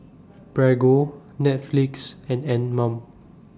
Prego Netflix and Anmum